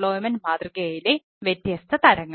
മാതൃകയിലെ വ്യത്യസ്ത തരങ്ങൾ